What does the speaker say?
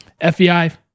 FBI